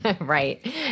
Right